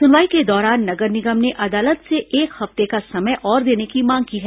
सुनवाई के दौरान नगर निगम ने अदालत से एक हफ्ते का समय और देने की मांग की है